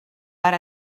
per